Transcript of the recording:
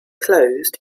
closed